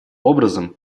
образом